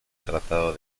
tratado